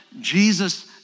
Jesus